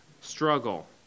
struggle